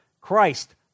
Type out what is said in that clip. Christ